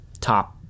top